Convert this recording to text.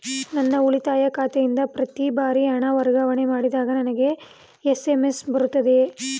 ನನ್ನ ಉಳಿತಾಯ ಖಾತೆಯಿಂದ ಪ್ರತಿ ಬಾರಿ ಹಣ ವರ್ಗಾವಣೆ ಮಾಡಿದಾಗ ನನಗೆ ಎಸ್.ಎಂ.ಎಸ್ ಬರುತ್ತದೆಯೇ?